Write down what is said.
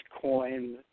coin